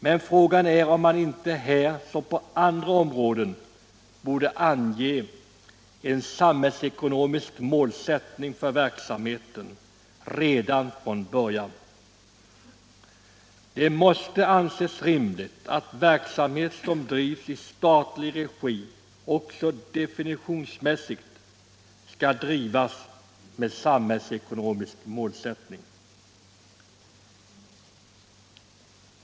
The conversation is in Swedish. Men frågan är om man inte här som på andra områden borde ange en samhällsekonomisk målsättning för verksamheten redan från början. Det måste anses rimligt att verksamhet som drivs i statlig regi också definitionsmässigt skall ha en samhällsekonomisk målsättning.